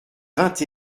vingt